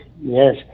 Yes